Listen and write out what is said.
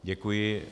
Děkuji.